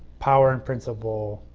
power and principal,